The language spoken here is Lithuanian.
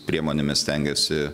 priemonėmis stengėsi